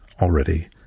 already